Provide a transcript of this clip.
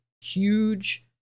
huge